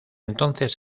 entonces